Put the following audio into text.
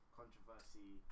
controversy